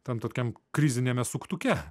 ten tokiam kriziniame suktuke